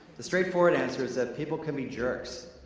the straightforward answer is that people can be jerks.